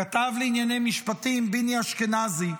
הכתב לענייני משפטים ביני אשכנזי,